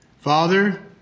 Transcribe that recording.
Father